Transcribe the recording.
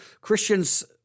Christians